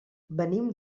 venim